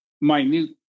minute